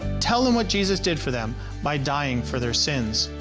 tell them what jesus did for them by dying for their sins.